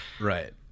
Right